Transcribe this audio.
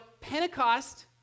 Pentecost